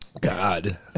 God